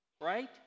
right